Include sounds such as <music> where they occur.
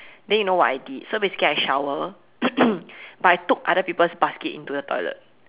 then you know what I did so basically I shower <coughs> but I took other people's basket into the toilet